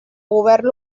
govern